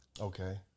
Okay